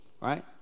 right